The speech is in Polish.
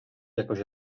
jakoś